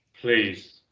Please